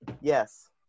Yes